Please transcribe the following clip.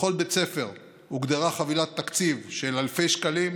לכל בית ספר הוגדרה חבילת תקציב של אלפי שקלים,